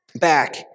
back